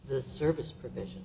the service provision